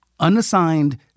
Unassigned